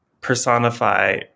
personify